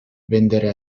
vendere